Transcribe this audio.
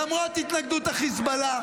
למרות התנגדות החיזבאללה,